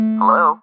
Hello